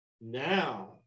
now